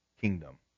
kingdom